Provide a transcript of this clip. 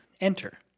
enter